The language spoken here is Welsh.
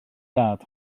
dad